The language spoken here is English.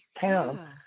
town